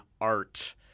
art